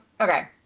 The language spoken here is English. Okay